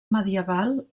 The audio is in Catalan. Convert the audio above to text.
medieval